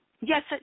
yes